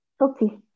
okay